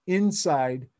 inside